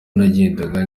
nagendaga